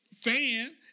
fan